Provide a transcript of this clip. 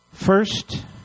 First